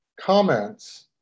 comments